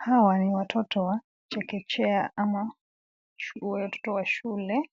Hawa ni watoto wa chekechea ama watoto wa shule.